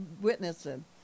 witnessing